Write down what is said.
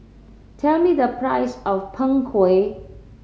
tell me the price of Png Kueh